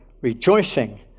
rejoicing